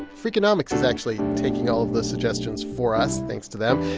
freakonomics is actually taking all of those suggestions for us. thanks to them.